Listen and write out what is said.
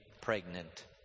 pregnant